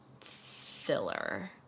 filler